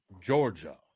Georgia